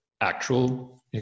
actual